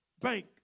bank